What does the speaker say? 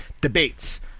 debates